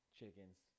chickens